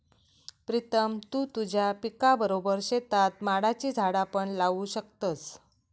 प्रीतम तु तुझ्या पिकाबरोबर शेतात माडाची झाडा पण लावू शकतस